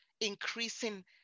increasing